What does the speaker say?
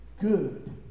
good